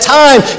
time